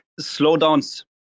slowdowns